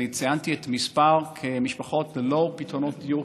אני ציינתי את מספר המשפחות ללא פתרונות דיור,